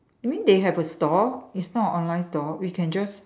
you mean they have a store it's not online store you can just